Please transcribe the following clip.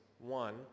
One